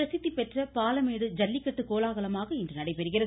பிரசித்திபெற்ற பாலமேடு ஜல்லிக்கட்டு கோலாகலமாக இன்று நடைபெறுகிறது